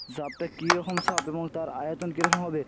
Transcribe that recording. সাপটা কীরকম সাপ এবং তার আয়তন কীরকম হবে